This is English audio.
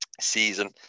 season